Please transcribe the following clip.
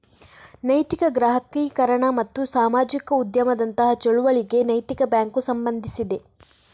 ನೈತಿಕ ಗ್ರಾಹಕೀಕರಣ ಮತ್ತು ಸಾಮಾಜಿಕ ಉದ್ಯಮದಂತಹ ಚಳುವಳಿಗಳಿಗೆ ನೈತಿಕ ಬ್ಯಾಂಕು ಸಂಬಂಧಿಸಿದೆ